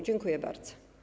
Dziękuję bardzo.